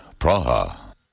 Praha